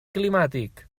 climàtic